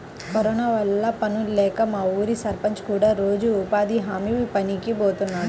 corona వల్ల పనుల్లేక మా ఊరి సర్పంచ్ కూడా రోజూ ఉపాధి హామీ పనికి బోతన్నాడు